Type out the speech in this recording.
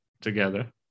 together